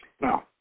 Now